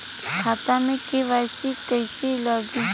खाता में के.वाइ.सी कइसे लगी?